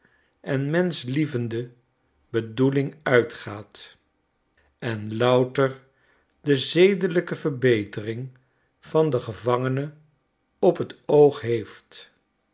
en menschlievende bedoeling uitgaat en louter de zedelijke verbetering van den gevangene op t oog heeft